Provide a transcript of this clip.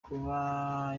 kuba